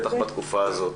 בטח בתקופה הזאת.